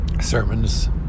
sermons